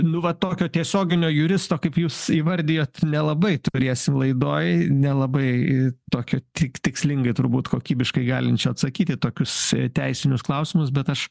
nu va tokio tiesioginio juristo kaip jūs įvardijot nelabai turėsim laidoj nelabai tokio tik tikslingai turbūt kokybiškai galinčių atsakyti į tokius teisinius klausimus bet aš